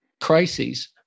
crises